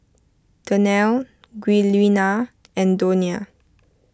Danelle Giuliana and Donia